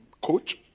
coach